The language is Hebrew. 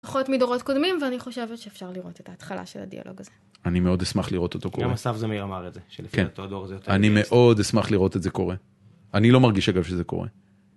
פחות מדורות קודמים ואני חושבת שאפשר לראות את ההתחלה של הדיאלוג הזה. אני מאוד אשמח לראות אותו קורה. אני מאוד אשמח לראות את זה קורה, אני לא מרגיש אגב שזה קורה.